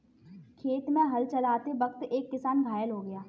खेत में हल चलाते वक्त एक किसान घायल हो गया